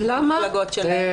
מרב ואני.